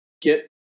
get